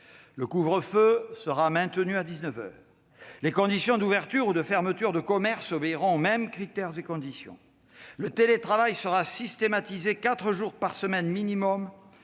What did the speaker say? Le couvre-feu sera maintenu à 19 heures. L'ouverture et la fermeture des commerces obéiront aux mêmes critères et conditions. Le télétravail sera systématisé quatre jours par semaine au minimum